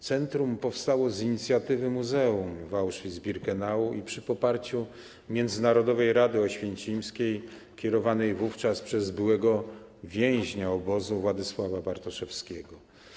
Centrum powstało z inicjatywy muzeum w Auschwitz-Birkenau i przy poparciu Międzynarodowej Rady Oświęcimskiej kierowanej wówczas przez byłego więźnia obozu Władysława Bartoszewskiego.